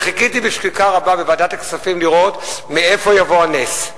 וחיכיתי בשקיקה רבה בוועדת הכספים לראות מאיפה יבוא הנס.